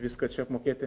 viską čia apmokėti